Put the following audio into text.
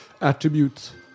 attributes